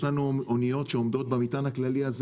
יש לנו אוניות שעומדות במטען הכללי הזה